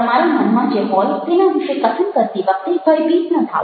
તમારા મનમાં જે હોય તેના વિશે કથન કરતી વખતે ભયભીત ન થાઓ